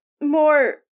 more